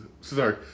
sorry